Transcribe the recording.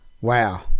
Wow